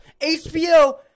HBO